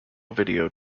video